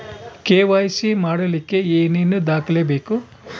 KYC ಮಾಡಲಿಕ್ಕೆ ಏನೇನು ದಾಖಲೆಬೇಕು?